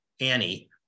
Annie